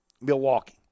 Milwaukee